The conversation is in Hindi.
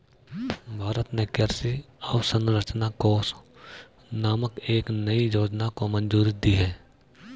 भारत ने कृषि अवसंरचना कोष नामक एक नयी योजना को मंजूरी दी है